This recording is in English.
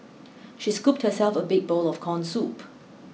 she scooped herself a big bowl of corn soup